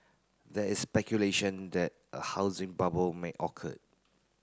there is speculation that a housing bubble may occur